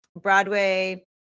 Broadway